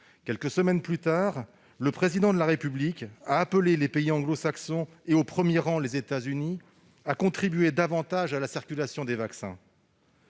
Quelques semaines plus tard, le Président de la République a appelé les pays anglo-saxons, et au premier rang les États-Unis, à contribuer davantage à la circulation de ces vaccins.